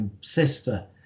sister